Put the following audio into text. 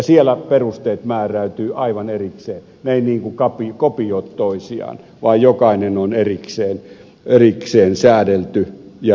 siellä perusteet määräytyvät aivan erikseen ne eivät kopioi toisiaan vaan jokainen on erikseen säädelty ja rakennettu